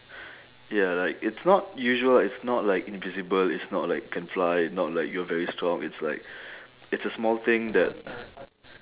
ya like it's not usual ah it's not like invisible it's not like can fly not like you're very strong it's like it's a small thing that